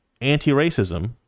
anti-racism